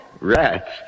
Rats